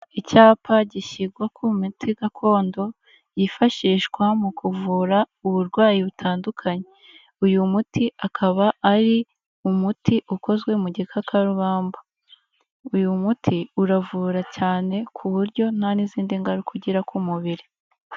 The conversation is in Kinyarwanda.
Icyapa gishyirwa ku miti gakondo yifashishwa mu kuvura uburwayi butandukanye, uyu muti akaba ari umuti ukozwe mu gikakarubamba, uyu muti uravura cyane ku buryo nta n'izindi ngaruka ugira ku mubiri.